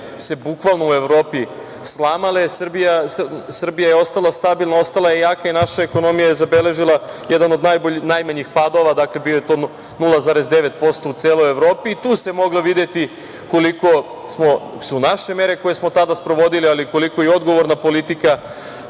se bukvalno u Evropi slamale, Srbija je ostala stabilna, ostala je jaka i naša ekonomija je zabeležila jedan od najmanjih padova, dakle 0,9% u celoj Evropi. Tu se moglo videti koliko su naše mere koje smo tada sprovodili, ali koliko i odgovorna politika